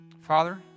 Father